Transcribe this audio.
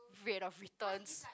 rate of returns